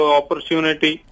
opportunity